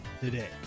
today